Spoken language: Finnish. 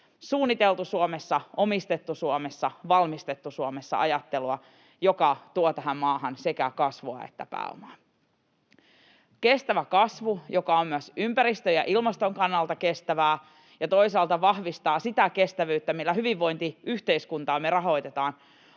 ”suunniteltu Suomessa, omistettu Suomessa, valmistettu Suomessa” -ajattelua, joka tuo tähän maahan sekä kasvua että pääomaa. Kestävä kasvu, joka on myös ympäristön ja ilmaston kannalta kestävää ja toisaalta vahvistaa sitä kestävyyttä, millä me rahoitetaan